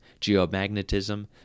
geomagnetism